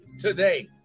today